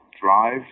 drive